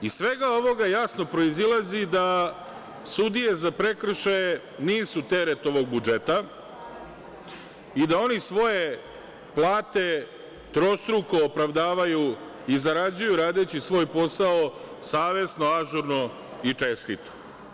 Iz svega ovoga jasno proizilazi da sudije za prekršaje, nisu teret ovog budžeta i da oni svoje plate trostruko opravdavaju i zarađuju radeći svoj posao savesno, ažurno i čestito.